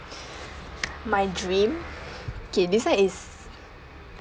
my dream okay this one is